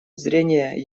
зрение